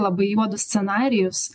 labai juodus scenarijus